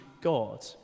God